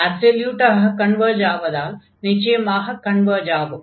அப்சொல்யூடாக converge ஆவதால் நிச்சயமாக converge ஆகும்